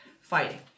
fighting